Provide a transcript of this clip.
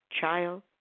child